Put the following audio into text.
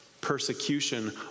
persecution